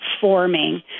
forming